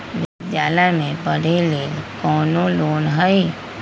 विद्यालय में पढ़े लेल कौनो लोन हई?